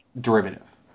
derivative